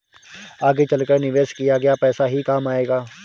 आगे चलकर निवेश किया गया पैसा ही काम आएगा